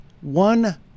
one